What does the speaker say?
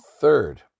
third